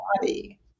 body